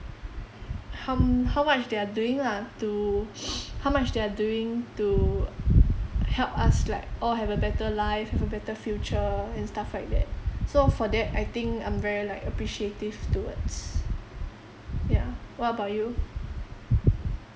how m~ how much they are doing lah to how much they are doing to help us like all have a better life have a better future and stuff like that so for that I think I'm very like appreciative towards ya what about you